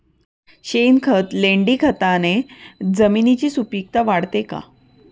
शेणखत, लेंडीखताने जमिनीची सुपिकता वाढते का?